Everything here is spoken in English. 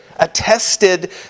attested